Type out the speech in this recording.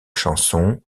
chansons